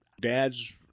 Dad's